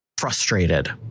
frustrated